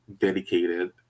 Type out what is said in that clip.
dedicated